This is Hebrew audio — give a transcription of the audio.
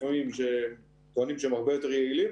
לפעמים שטוענים שהם הרבה יותר יעילים,